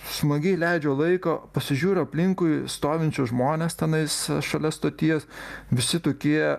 smagiai leidžiu laiką pasižiūriu aplinkui stovinčius žmones tenais šalia stoties visi tokie